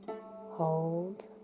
Hold